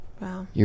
Wow